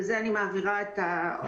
ובזה אני מעבירה את ההודעה,